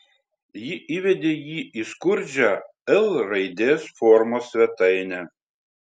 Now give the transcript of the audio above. ji įvedė jį į skurdžią l raidės formos svetainę